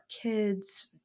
kids